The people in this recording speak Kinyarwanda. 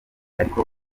ariko